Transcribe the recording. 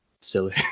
silly